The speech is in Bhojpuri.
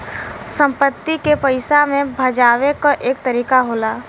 संपत्ति के पइसा मे भजावे क एक तरीका होला